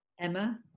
Emma